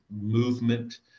movement